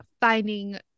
finding